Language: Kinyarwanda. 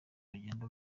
bugenda